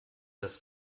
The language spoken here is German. das